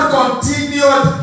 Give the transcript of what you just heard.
continued